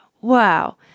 wow